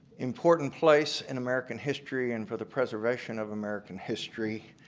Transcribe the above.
important place in american history and for the preservation of american history.